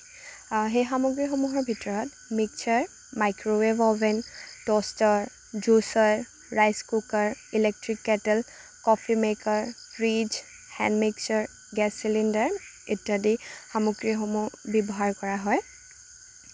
সেই সামগ্ৰীসমূহৰ ভিতৰত mixer microwave oven toaster juicer rice cooker electric kettle coffee maker fridge hand mixer gas cylinder ইত্যাদি সামগ্ৰীসমূহ ব্যৱহাৰ কৰা হয়